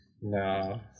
No